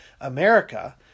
America